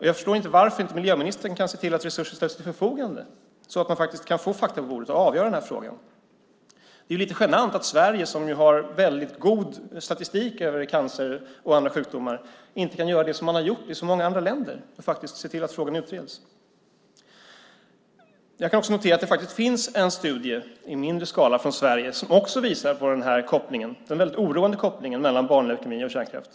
Jag förstår inte varför miljöministern inte kan se till att resurser ställs till förfogande så att man kan få fakta på bordet och avgöra frågan. Det är lite genant att Sverige som har god statistik över cancer och andra sjukdomar inte kan göra det som gjorts i så många andra länder, nämligen se till att frågan utreds. Jag kan också notera att det finns en studie i mindre skala från Sverige som visar på den mycket oroande kopplingen mellan barnleukemi och kärnkraft.